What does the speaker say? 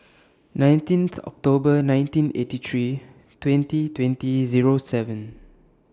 nineteenth October nineteen eighty three twenty twenty Zero seven